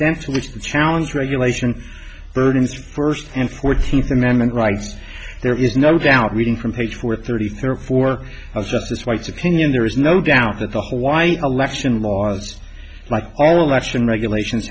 to which the challenge regulation burdens first and fourteenth amendment rights there is no doubt reading from page four thirty three or four swipes opinion there is no doubt that the hawaii election laws like all election regulations